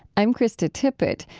i'm krista tippett.